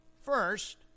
first